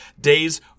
days